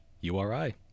uri